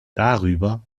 darüber